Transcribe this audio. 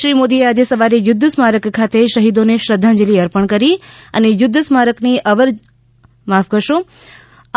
શ્રી મોદીએ આજે સવારે યુદ્ધ સ્મારક ખાતે શહીદોને શ્રદ્ધાંજલિ અર્પણ કરી અને યુદ્ધ સ્મારકની